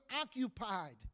occupied